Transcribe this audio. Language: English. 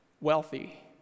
Wealthy